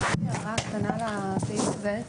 הערה לסעיף הזה.